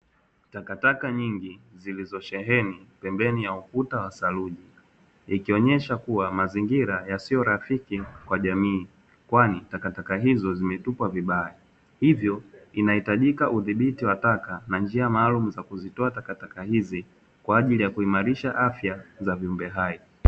Takataka nyingi zilizosheheni pembeni ya ukuta wa saruji ikionyesha kuwa mazingira yasiyo rafiki kwa jamii, kwani takataka hizo zimetupwa vibaya hivyo inahitajika udhibiti wa taka na njia maalum za kuzitoa takataka hizi kwa ajili ya kuimarisha afya za viumbe hai.